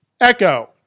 Echo